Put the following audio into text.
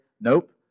Nope